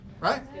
Right